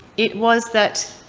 it was that,